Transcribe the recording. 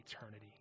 eternity